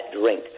drink